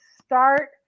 Start